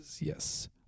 yes